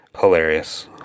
Hilarious